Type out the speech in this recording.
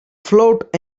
float